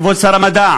כבוד שר המדע,